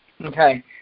Okay